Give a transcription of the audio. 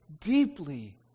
deeply